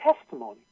testimony